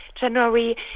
January